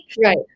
Right